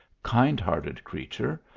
kind-hearted creature,